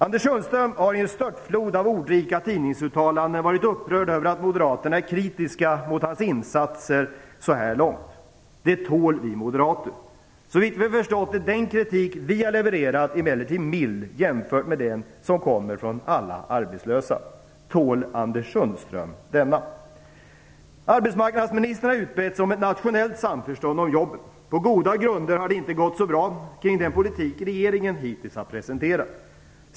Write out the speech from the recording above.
Anders Sundström har i en störtflod av ordrika tidningsuttalanden varit upprörd över att moderaterna är kritiska mot hans insatser så här långt. Det tål vi moderater. Såvitt vi förstår är den kritik vi har levererat mild jämfört med den som kommer från alla arbetslösa. Tål Anders Sundström den kritiken? Arbetsmarknadsministern har utbett sig om ett nationellt samförstånd om jobben. Det finns goda skäl till att det inte har gått så bra när det gäller den politik som regeringen hittills har presenterat.